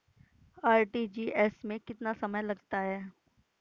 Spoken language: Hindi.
आर.टी.जी.एस में कितना समय लगता है?